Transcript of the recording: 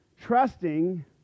trusting